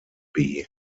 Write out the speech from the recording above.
bee